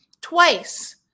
twice